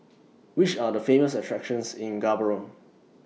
Which Are The Famous attractions in Gaborone